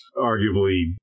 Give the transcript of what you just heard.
arguably